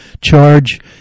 charge